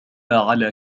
على